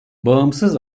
bağımsız